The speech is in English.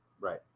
right